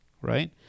right